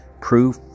Proof